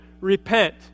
repent